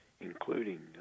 including